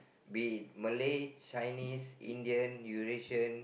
be it Malay Chinese Indian Eurasian